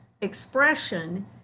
expression